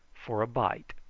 for a bite.